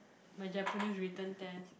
my Japanese written test